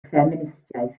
ffeministiaeth